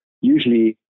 usually